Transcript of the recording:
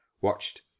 watched